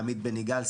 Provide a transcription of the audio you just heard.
עמית בן יגאל,